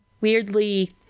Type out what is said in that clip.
weirdly